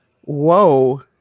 whoa